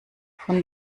von